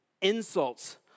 insults